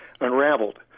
unraveled